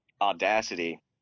audacity